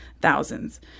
thousands